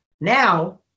now